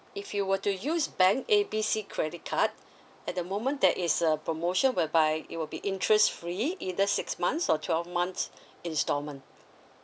if you were to use bank A B C credit card at the moment there is a promotion whereby it will be interest free either six months or twelve months instalment